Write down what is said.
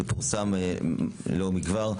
שפורסמה לא מכבר,